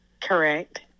Correct